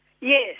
Yes